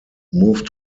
moved